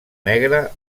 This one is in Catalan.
negre